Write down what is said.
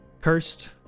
cursed